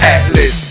Atlas